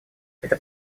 это